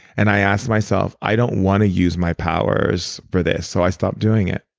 and i asked myself. i don't want to use my powers for this so i stopped doing it.